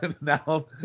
now